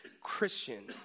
Christian